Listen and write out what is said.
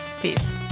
Peace